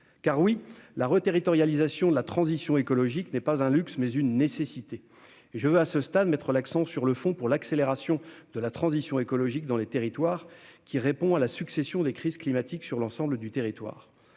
Oui, la reterritorialisation de la transition écologique est non pas un luxe, mais une nécessité ! Je veux, à ce stade, mettre l'accent sur le fonds pour l'accélération de la transition écologique dans les territoires, qui répond à la succession des crises climatiques. Ce fonds doté de 2 milliards